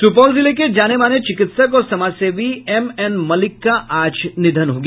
सुपौल जिले के जाने माने चिकित्सक और समाजसेवी एम एन मल्लिक का आज निधन हो गया